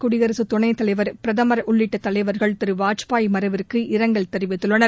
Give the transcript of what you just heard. குடியரகத் துணைத் தலைவர் பிரதமர் உள்ளிட்ட தலைவர்கள் திரு வாஜ்பாய் மறைவுக்கு இரங்கல் தெரிவித்துள்ளனர்